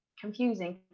confusing